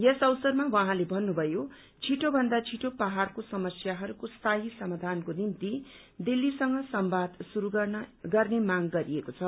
यस अवसरमा उहाँले भन्नुभयो छिटो भन्दा छिटो पहाड़को समस्याहरूको स्थायी समाधानको निम्ति दिल्लीसँग संवाद शुरू गर्ने माग गरिएको छ